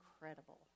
incredible